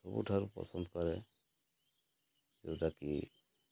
ସବୁଠାରୁ ପସନ୍ଦ କରେ ଯୋଉଟାକି